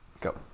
Go